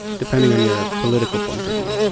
depending on your political point of view.